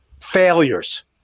failures